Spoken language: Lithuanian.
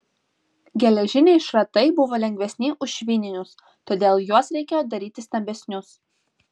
geležiniai šratai buvo lengvesni už švininius todėl juos reikėjo daryti stambesnius